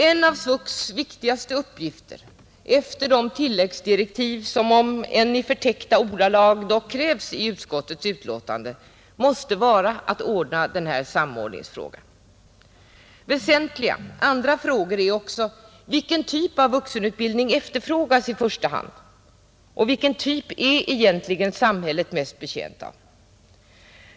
En av SVUX:s viktigaste uppgifter efter de tilläggsdirektiv som, om än i förtäckta ordalag, krävs i utskottets betänkande måste vara att klara samordningsfrågan, Andra väsentliga frågor är: Vilken typ av vuxenutbildning efterfrågas i första hand, och vilken typ är samhället egentligen mest betjänt av?